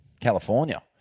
California